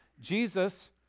Jesus